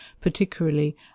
particularly